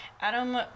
Adam